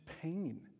pain